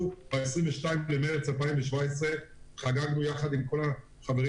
ב-22 במרס 2017 חגגנו יחד עם כל החברים